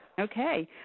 Okay